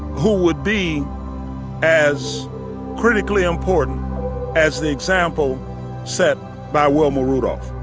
who would be as critically important as the example set by wilma rudolph